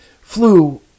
flew